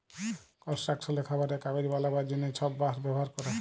কলস্ট্রাকশলে, খাবারে, কাগজ বালাবার জ্যনহে ছব বাঁশ ব্যাভার ক্যরে